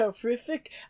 terrific